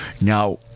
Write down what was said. Now